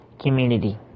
community